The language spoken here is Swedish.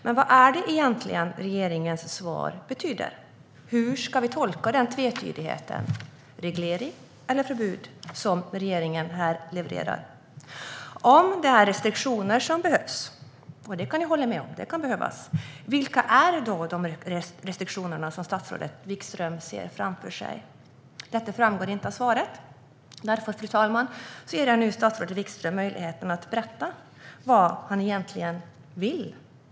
Men vad är det egentligen regeringens svar betyder? Hur ska vi tolka den tvetydighet - reglering eller förbud - som regeringen här levererar? Om det är restriktioner som behövs - och jag kan hålla med om att de kan behövas - vilka är då de restriktioner som statsrådet Wikström ser framför sig? Detta framgår inte av svaret. Därför, fru talman, ger jag nu statsrådet Wikström möjligheten att berätta vad han egentligen vill.